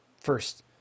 first